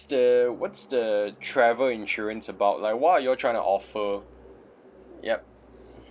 the what's the travel insurance about like what are you all trying to offer yup